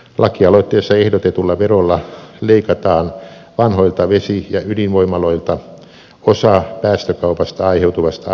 lakialoitteessa ehdotetulla verolla leikataan vanhoilta vesi ja ydinvoimaloilta osa päästökaupasta aiheutuvasta ansiottomasta edusta